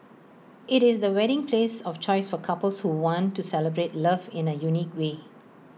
IT is the wedding place of choice for couples who want to celebrate love in A unique way